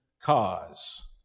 cause